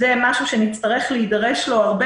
זה דבר שנצטרך להידרש לו הרבה,